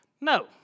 No